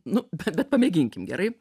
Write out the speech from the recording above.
nu bet bet pamėginkim gerai